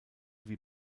wie